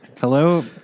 hello